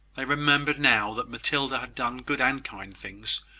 they remembered now that matilda had done good and kind things,